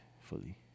fully